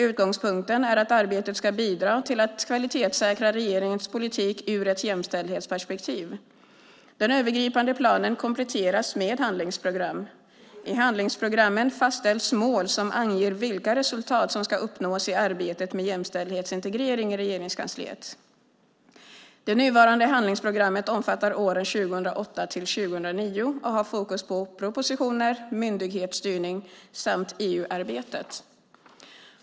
Utgångspunkten är att arbetet ska bidra till att kvalitetssäkra regeringens politik ur ett jämställdhetsperspektiv. Den övergripande planen kompletteras med handlingsprogram. I handlingsprogrammen fastställs mål som anger vilka resultat som ska uppnås i arbetet med jämställdhetsintegrering i Regeringskansliet. Det nuvarande handlingsprogrammet omfattar åren 2008-2009 och har fokus på propositioner, myndighetsstyrning samt EU-arbetet.